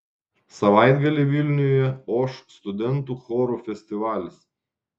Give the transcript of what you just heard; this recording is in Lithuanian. savaitgalį vilniuje oš studentų chorų festivalis